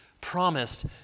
promised